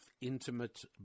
intimate